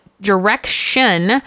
direction